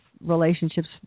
relationships